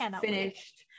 finished